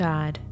God